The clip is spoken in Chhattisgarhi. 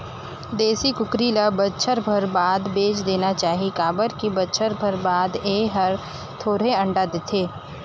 देसी कुकरी ल बच्छर भर बाद बेच देना चाही काबर की बच्छर भर बाद में ए हर थोरहें अंडा देथे